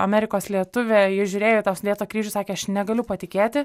amerikos lietuvė ji žiūrėjo į tą sudėtą kryžių sakė aš negaliu patikėti